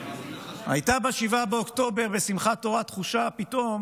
הייתה ב-7 באוקטובר, בשמחת תורה, תחושה פתאום